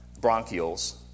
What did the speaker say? bronchioles